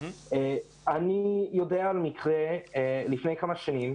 אני יודע על מקרה מלפני כמה שנים,